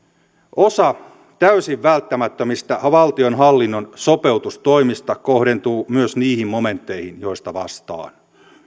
osa täysin välttämättömistä valtionhallinnon sopeutustoimista kohdentuu myös niihin momentteihin joista vastaan